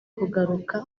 kugaruka